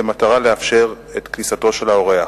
במטרה לאפשר את כניסתו של האורח.